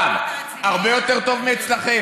יואב, הרבה יותר טוב מאצלכם.